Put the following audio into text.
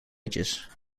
ages